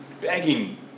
begging